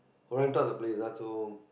rent up the place ah so